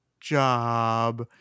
job